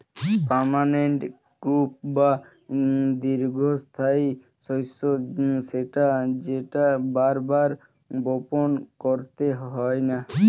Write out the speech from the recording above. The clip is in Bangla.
পার্মানেন্ট ক্রপ বা দীর্ঘস্থায়ী শস্য সেটা যেটা বার বার বপণ করতে হয়না